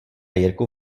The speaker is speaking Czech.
jirku